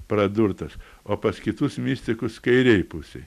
pradurtas o pas kitus mistikus kairėj pusėj